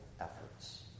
efforts